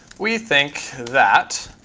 we think that